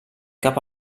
cap